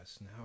Now